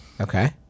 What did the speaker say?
Okay